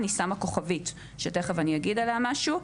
אני שמה כוכבית על זה ואגיד עליה משהו.